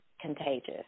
contagious